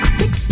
fix